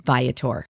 Viator